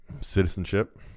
Citizenship